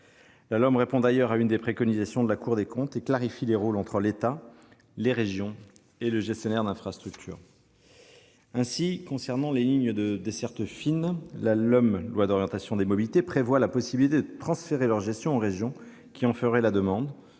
La LOM répond d'ailleurs à une des préconisations de la Cour des comptes et clarifie les rôles entre l'État, les régions et le gestionnaire d'infrastructure. Ainsi, concernant les lignes de desserte fine, la LOM prévoit la possibilité de transférer leur gestion aux régions qui en feraient la demande.